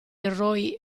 roy